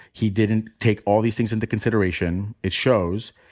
he didn't take all these things into consideration. it shows.